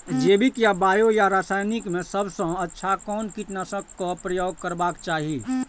जैविक या बायो या रासायनिक में सबसँ अच्छा कोन कीटनाशक क प्रयोग करबाक चाही?